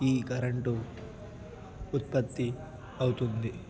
ఈ కరెంటు ఉత్పత్తి అవుతుంది